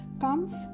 comes